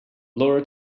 laura